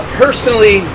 personally